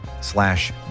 slash